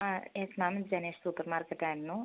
ആ yes ma'am ഇത് Janesh supermarket ആയിരുന്നു